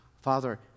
Father